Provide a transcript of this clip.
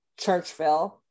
Churchville